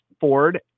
Ford